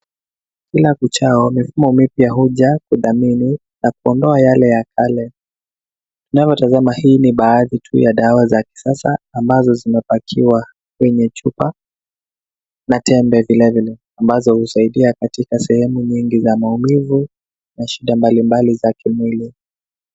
Kila uchao mfumo mpya huja kudhamini na kuondoa yale ya kale. Unaotazama hii ni baadhi tu ya dawa za kisasa ambazo zimepakiwa kwenye chupa na tembe vile vile ambazo husaidia katika sehemu mingi za maumivu mashida mbalimbali za kimwili.